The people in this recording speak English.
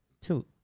Two